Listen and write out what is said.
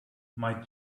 might